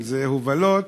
אם הובלות,